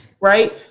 right